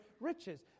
riches